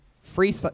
Free